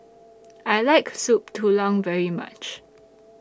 I like Soup Tulang very much